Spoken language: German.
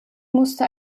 musste